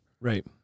right